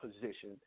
position